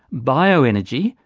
bio-energy,